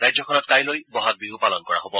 ৰাজ্যখনত কাইলৈ বহাগ বিহু পালন কৰা হ'ব